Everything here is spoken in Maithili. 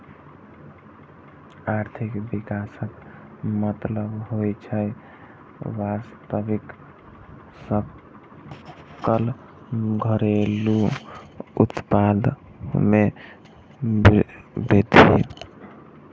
आर्थिक विकासक मतलब होइ छै वास्तविक सकल घरेलू उत्पाद मे वृद्धि